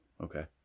Okay